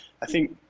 i think